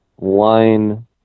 line